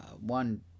one